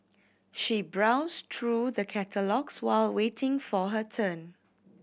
she browsed through the catalogues while waiting for her turn